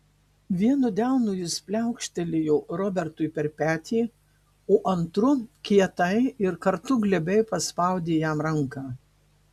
vienu delnu jis pliaukštelėjo robertui per petį o antru kietai ir kartu glebiai paspaudė jam ranką